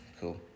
Cool